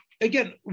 Again